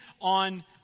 on